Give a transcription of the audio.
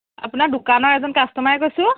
আপোনাৰ দোকানৰ এজন কাষ্টমাৰে কৈছোঁ